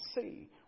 see